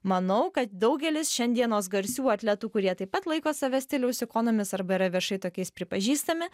manau kad daugelis šiandienos garsių atletų kurie taip pat laiko save stiliaus ikonomis arba yra viešai tokiais pripažįstami